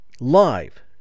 live